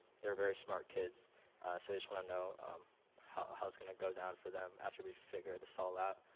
they're very smart kids. so they just wanna know how how it's going to go down for them after we figure this all out.